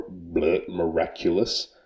miraculous